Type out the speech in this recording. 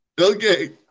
Okay